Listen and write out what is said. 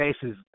cases